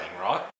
right